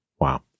wow